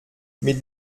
mit